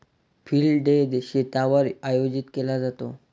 field day शेतावर आयोजित केला जातो